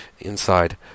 inside